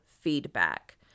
feedback